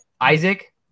Isaac